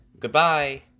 Goodbye